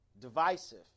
divisive